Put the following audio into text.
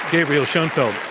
gabriel schoenfeld.